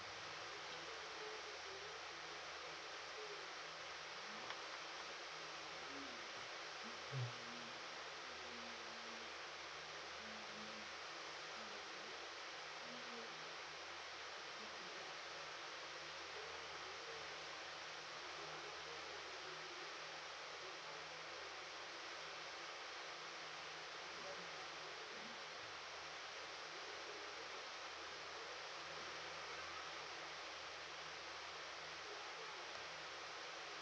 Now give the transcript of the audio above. mm